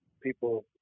people